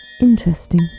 Interesting